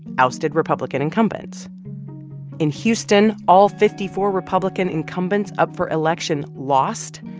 ousted republican incumbents in houston, all fifty four republican incumbents up for election lost.